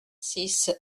six